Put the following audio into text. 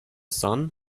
sun